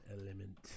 element